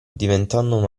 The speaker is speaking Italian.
diventando